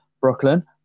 Brooklyn